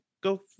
go